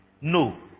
No